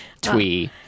twee